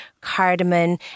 cardamom